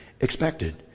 expected